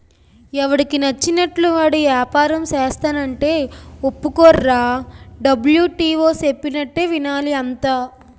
ఎవడికి నచ్చినట్లు వాడు ఏపారం సేస్తానంటే ఒప్పుకోర్రా డబ్ల్యు.టి.ఓ చెప్పినట్టే వినాలి అంతా